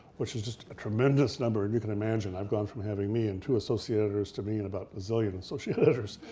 which is just a tremendous number. and you can imagine, i've gone from having me and two associate editors to me and about a zillion associate editors.